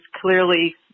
clearly